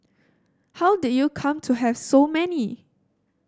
how did you come to have so many